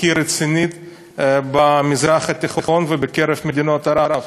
הכי רצינית במזרח התיכון ובקרב מדינות ערב.